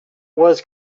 was